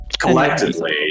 collectively